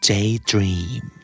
Daydream